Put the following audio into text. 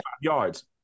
yards